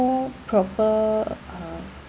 proper uh